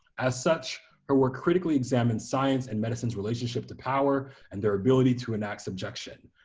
as such, her work critically examined science and medicine's relationship to power, and their ability to enact subjection.